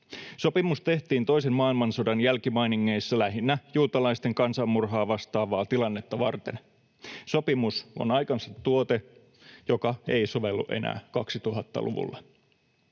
Sopimus tehtiin toisen maailmansodan jälkimainingeissa lähinnä juutalaisten kansanmurhaa vastaavaa tilannetta varten. Sopimus on aikansa tuote, joka ei sovellu enää 2000‑luvulle.